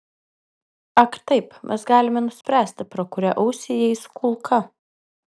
ak taip mes galime nuspręsti pro kurią ausį įeis kulka